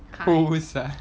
kind